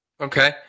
Okay